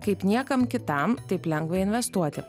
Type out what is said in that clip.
kaip niekam kitam taip lengva investuoti